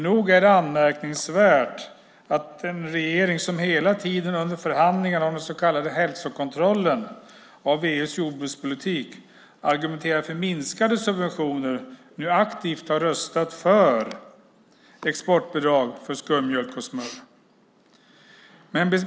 Nog är det anmärkningsvärt att en regering som hela tiden under förhandlingarna om den så kallade hälsokontrollen av EU:s jordbrukspolitik argumenterar för minskade subventioner nu aktivt har röstat för exportbidrag för skummjölk och smör.